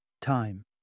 time